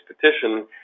petition